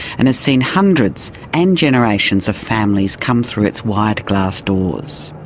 and has seen hundreds and generations of families come through its wide glass doors.